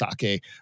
sake